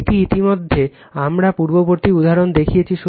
এটি ইতিমধ্যে আমরা পূর্ববর্তী উদাহরণ দেখিয়েছি